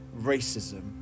racism